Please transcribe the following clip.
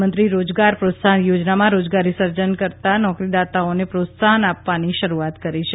પ્રધાનમંત્રી રોજગાર પ્રોત્સાહન યોજનામાં રોજગારી સર્જન કરીતા નોકરીદાતાઓને પ્રોત્સાહન આપવાની શરૂઆત કરી છે